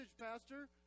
pastor